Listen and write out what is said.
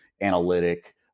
analytic